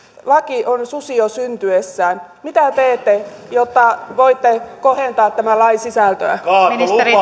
laki on susi jo syntyessään mitä teette jotta voitte kohentaa tämän lain sisältöä